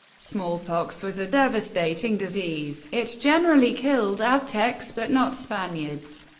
smallpox was a devastating disease it generally killed aztecs, but not spaniards,